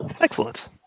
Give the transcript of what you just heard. Excellent